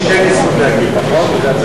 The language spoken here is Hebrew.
אני מבין שאין לי זכות להגיב, נכון?